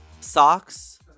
Socks